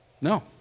No